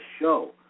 show